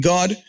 God